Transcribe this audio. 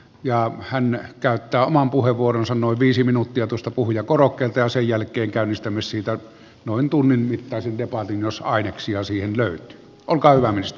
ja hän käyttää oman puheenvuoronsa noin viisi minuuttia toista puhujakorokkeelta ja sen jälkeen käynnistämme siitä niin paljon kulunut ja tietoisuus lisääntynyt mitä tässä tarvitaan